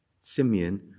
Simeon